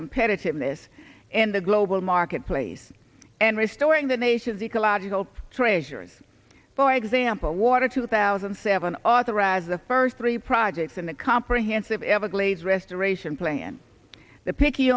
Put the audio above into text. competitiveness in the global marketplace and restoring the nation's ecological treasures for example water two thousand and seven authorize the first three projects and the comprehensive everglades restoration plan the pic